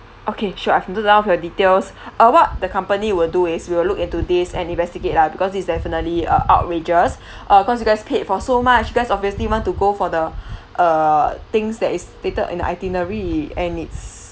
okay sure I have noted down for your details uh what the company will do is we will look into this and investigate lah because this is definitely uh outrageous uh cause you guys paid for so much you guys obviously want to go for the err things that is stated in the itinerary and it's